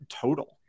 total